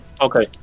Okay